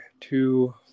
two